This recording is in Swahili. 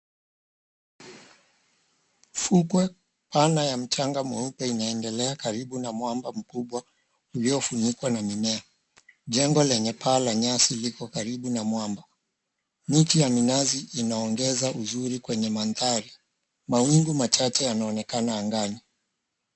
Fukwe pana ya mchanga mweupe inandelea karibu na mwamba mkubwa uliofunikwa na mimea, jengo lenye paa la nyasi liko karibu na mwamba, miti ya minazi inaongeza uzuri kwenye mandhari, mawingu machache inaonekana angani.